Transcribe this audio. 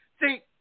See